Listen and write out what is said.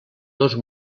dos